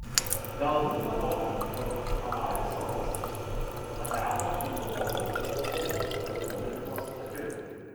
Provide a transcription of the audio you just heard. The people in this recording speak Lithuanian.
galbūt nuo to įvykio havajų salos pateko į europos mokslo ir politikos akiratį